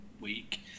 week